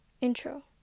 Intro